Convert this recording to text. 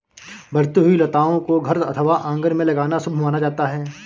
बढ़ती हुई लताओं को घर अथवा आंगन में लगाना शुभ माना जाता है